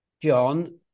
John